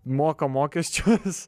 moka mokesčius